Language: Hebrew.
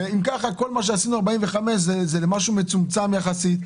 אז אם ככה כל מה עשינו לל-45 זה משהו מצומצם יחסית.